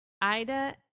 Ida